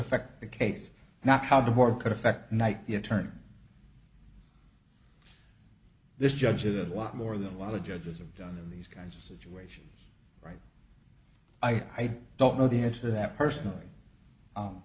affect the case not how the war could affect night the attorney this judge a lot more than a lot of judges have done in these kinds of situations right i don't know the answer to that personally